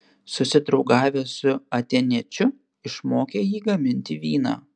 susidraugavęs su atėniečiu išmokė jį gaminti vyną